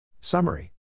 Summary